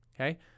Okay